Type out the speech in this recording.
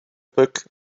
book